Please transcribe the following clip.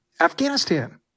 Afghanistan